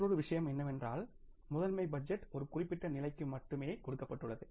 மற்றொரு விஷயம் என்னவென்றால் முதன்மை பட்ஜெட் ஒரு குறிப்பிட்ட நிலைக்கு மட்டுமே கொடுக்கப்பட்டுள்ளது